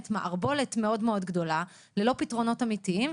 מערבולת מאוד מאוד גדולה ללא פתרונות אמיתיים,